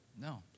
No